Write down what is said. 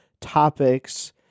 topics